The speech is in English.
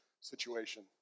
situation